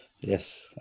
Yes